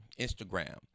instagram